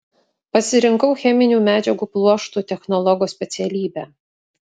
pasirinkau cheminių medžiagų pluoštų technologo specialybę